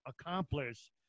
accomplish